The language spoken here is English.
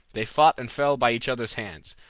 they fought and fell by each other's hands.